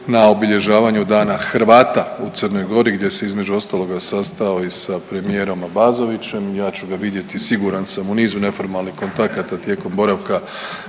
na obilježavanju Dana Hrvata u Crnoj Gori gdje se između ostaloga sastao i sa premijerom Abazovićem. Ja ću ga vidjeti siguran sam u nizu neformalnih kontakata tijekom boravka